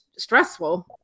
stressful